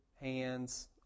hands